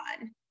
on